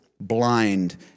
blind